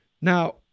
Now